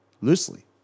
loosely